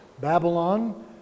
Babylon